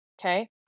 Okay